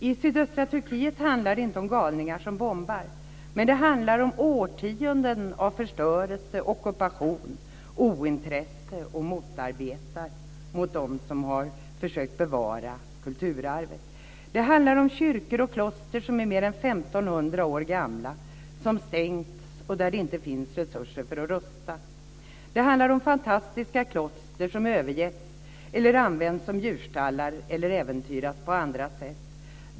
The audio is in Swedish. I sydöstra Turkiet handlar det inte om galningar som bombar. Men det handlar om årtionden av förstörelse, om ockupation, ointresse och motarbetande av dem som har försökt att bevara kulturarvet. Det handlar om kyrkor och kloster som är mer än 1 500 år gamla som stängts och som det inte finns resurser för att rusta. Det handlar om fantastiska kloster som övergetts, används som djurstallar eller äventyras på andra sätt.